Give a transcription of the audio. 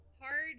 hard